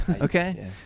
Okay